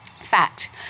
fact